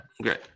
Great